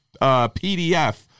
PDF